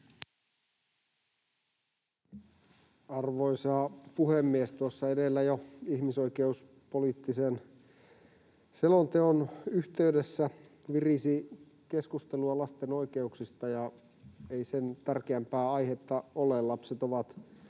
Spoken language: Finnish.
Arvoisa puhemies! Tuossa edellä jo ihmisoikeuspoliittisen selonteon yhteydessä virisi keskustelua lasten oikeuksista, ja ei sen tärkeämpää aihetta ole.